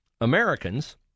Americans